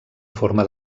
forma